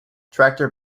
tractor